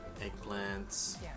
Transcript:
eggplants